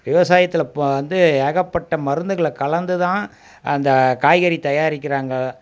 விவசாயத்தில் இப்போ வந்து ஏகப்பட்ட மருந்துகளை கலந்துதான் அந்த காய்கறி தயாரிக்கிறாங்க